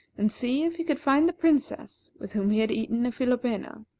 and see if he could find the princess with whom he had eaten a philopena.